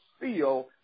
feel